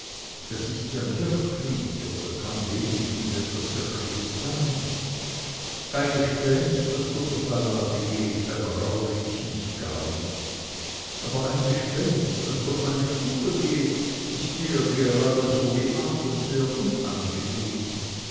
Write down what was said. das ist ja wirklich oder kann wenigstens etwas wirkliches sein ein gespenst das durch die ballade geht da graule ich mich gar nicht aber ein gespenst das durch meine stube geht ist mir geradeso wie andern sehr unangenehm